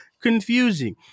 confusing